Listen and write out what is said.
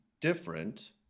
different